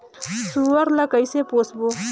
सुअर ला कइसे पोसबो?